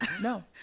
No